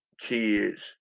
kids